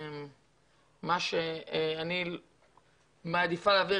אני מעדיפה להעביר